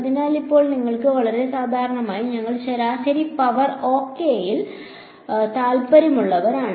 അതിനാൽ ഇപ്പോൾ നിങ്ങൾക്ക് വളരെ സാധാരണയായി ഞങ്ങൾ ശരാശരി പവർ ഓകെയിൽ താൽപ്പര്യമുള്ളവരാണ്